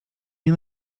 nie